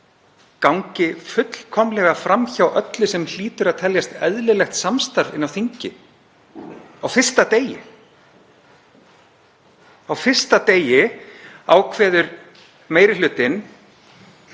gangi fullkomlega fram hjá öllu sem hlýtur að teljast eðlilegt samstarf inni á þingi á fyrsta degi. Á fyrsta degi ákveður meiri hlutinn